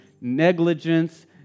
negligence